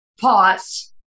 pause